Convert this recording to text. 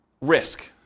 risk